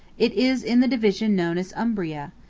it is in the division known as umbria,